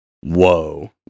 Whoa